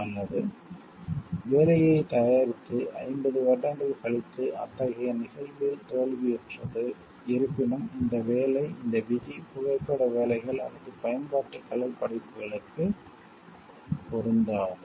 அல்லது வேலையைத் தயாரித்து 50 வருடங்கள் கழித்து அத்தகைய நிகழ்வில் தோல்வியுற்றது இருப்பினும் இந்த வேலை இந்த விதி புகைப்பட வேலைகள் அல்லது பயன்பாட்டு கலைப் படைப்புகளுக்கு பொருந்தாது